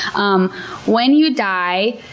um when you die,